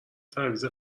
تعویض